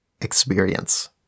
experience